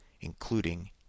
including